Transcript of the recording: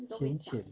浅浅